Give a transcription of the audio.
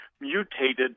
mutated